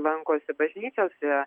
lankosi bažnyčiose